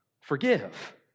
Forgive